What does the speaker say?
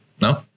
no